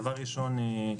דבר ראשון,